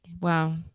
Wow